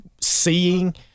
seeing